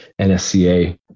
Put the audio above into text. NSCA